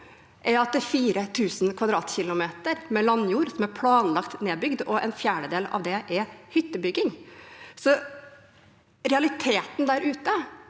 er at 4 000 km[2] med landjord er planlagt nedbygd, og en fjerdedel av det er hyttebygging. Realiteten der ute